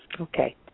Okay